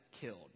killed